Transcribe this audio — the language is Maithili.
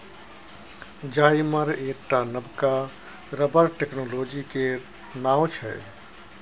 जाइमर एकटा नबका रबर टेक्नोलॉजी केर नाओ छै